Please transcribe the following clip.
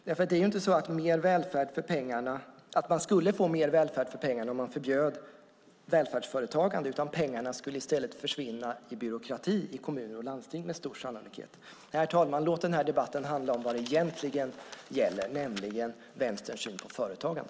Det är ju inte så att man skulle få mer välfärd för pengarna om man förbjöd välfärdsföretagande. Pengarna skulle i stället med stor sannolikhet försvinna i byråkrati i kommuner och landsting. Herr talman! Låt den här debatten handla om vad det egentligen gäller, nämligen Vänsterns syn på företagande.